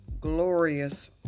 glorious